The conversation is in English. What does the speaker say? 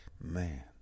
Man